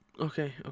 Okay